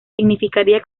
significaría